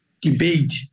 debate